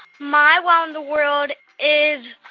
my wow in the world is,